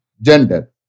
gender